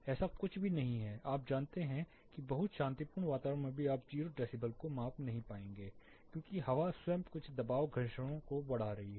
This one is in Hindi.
ऐसा कुछ भी नहीं है आप जानते हैं कि बहुत शांतिपूर्ण वातावरण में भी आप 0 डेसिबल को माप नहीं पाएंगे क्योंकि हवा स्वयं कुछ दबाव घर्षणों से बढ़ा रही है